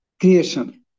creation